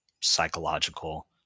psychological